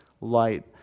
light